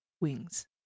wings